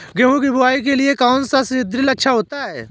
गेहूँ की बुवाई के लिए कौन सा सीद्रिल अच्छा होता है?